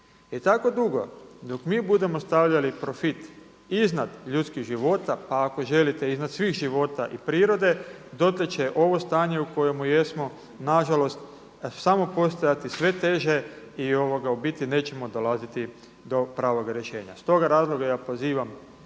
I tako dugo dok mi budemo stavljali profit iznad ljudskih života, pa ako želite i iznad svih života i prirode dotle će ovo stanje u kojemu jesmo na žalost samo postajati sve teže i u biti nećemo dolaziti do pravoga rješenja. Iz toga razloga ja pozivam